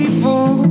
People